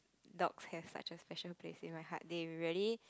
dogs have such a special place in my heart they really